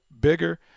bigger